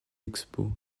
expos